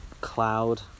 Cloud